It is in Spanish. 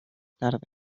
tarde